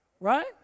Right